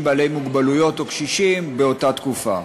בעלי מוגבלויות או קשישים באותה תקופה.